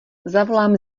zavolám